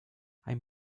ein